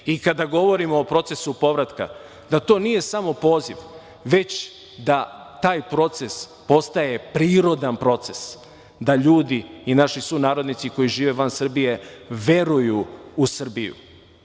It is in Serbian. i kada govorimo o procesu povratka da to nije samo poziv, već da taj proces postaje prirodan proces, da ljudi i naši sunarodnici koji žive van Srbije veruju u Srbiju